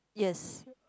yes